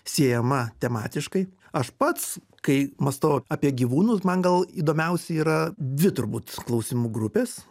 siejama tematiškai aš pats kai mąstau apie gyvūnus man gal įdomiausi yra dvi turbūt klausimų grupės